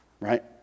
right